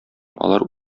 алар